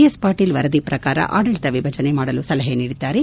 S Patil ವರದಿ ಪ್ರಕಾರ ಆಡಳಿತ ವಿಭಜನೆ ಮಾಡಲು ಸಲಹೆ ನೀಡಿದ್ದಾರೆ